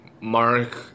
Mark